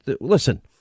Listen